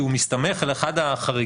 כי הוא מסתמך על אחד החריגים,